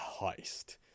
heist